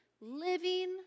living